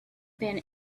been